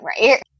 right